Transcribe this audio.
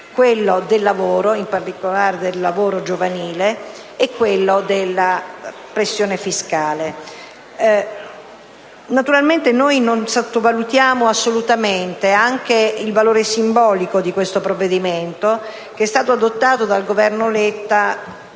quella del lavoro (in particolare del lavoro giovanile) e quella della pressione fiscale. Naturalmente non sottovalutiamo assolutamente anche il valore simbolico di questo provvedimento, che è stato adottato dal Governo Letta